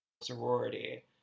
sorority